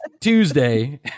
Tuesday